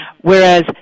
Whereas